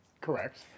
Correct